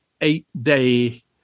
eight-day